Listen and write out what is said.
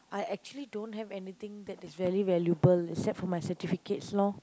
I actually don't have anything that is very valuable except for my certificates lor